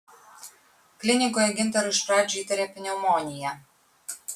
klinikoje gintarui iš pradžių įtarė pneumoniją